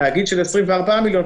תאגיד של 24 מיליון,